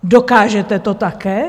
Dokážete to také?